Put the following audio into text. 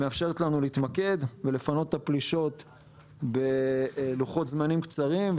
מאפשרת לנו להתמקד ולפנות את הפלישות בלוחות זמנים קצרים,